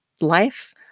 life